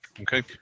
Okay